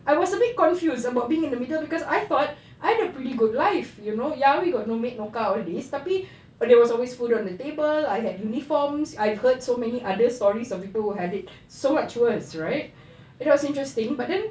I was a bit confused about being in the middle cause I thought I ada pretty good life you know ya we got no maid no car all these tapi there's always food on the table I had uniforms I've heard so many other stories of people who had it so much worse right that was interesting but then